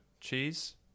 cheese